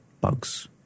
Bugs